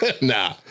Nah